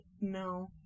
No